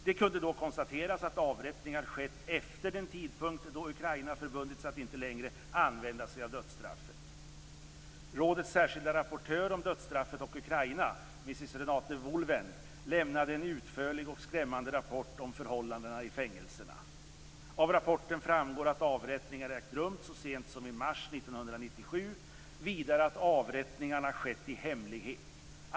Det kunde då konstateras att avrättningar skett efter den tidpunkt då Ukraina förbundit sig att inte längre använda sig av dödsstraffet. Rådets särskilda rapportör om dödsstraffet och Ukraina, Ms Renate Wohlwend, lämnade en utförlig och skrämmande rapport om förhållandena i fängelserna. Av rapporten framgår att avrättningar ägt rum så sent som i mars 1997, vidare att avrättningarna skett i hemlighet.